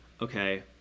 okay